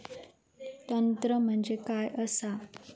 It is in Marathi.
तंत्र म्हणजे काय असा?